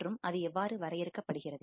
மற்றும் அது எவ்வாறு வரையறுக்கப்படுகிறது